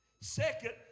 Second